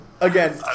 Again